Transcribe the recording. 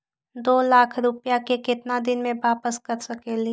दो लाख रुपया के केतना दिन में वापस कर सकेली?